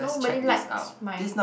nobody likes my